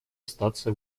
оставаться